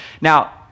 Now